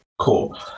Cool